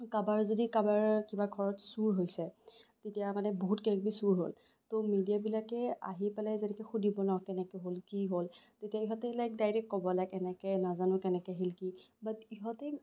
কাবাৰ যদি কাবাৰ কিবা ঘৰত কিবা চোৰ হৈছে তেতিয়া মানে বহুত কিবাকিবি চোৰ হ'ল ত' মিডিয়াবিলাকে আহি পেলাই যেনেকে সুধিব ন কেনেকে হ'ল কি হ'ল তেতিয়া ইহঁতে লাইক ডাইৰেক্ট ক'ব লাইক এনেকে নাজানো কেনেকে আহিল কি বাত ইহঁতে